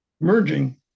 merging